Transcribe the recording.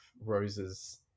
Rose's